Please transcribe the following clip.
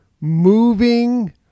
moving